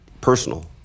personal